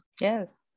Yes